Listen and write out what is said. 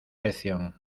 lección